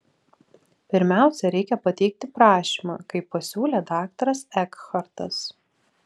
pirmiausia reikia pateikti prašymą kaip pasiūlė daktaras ekhartas